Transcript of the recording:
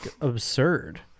absurd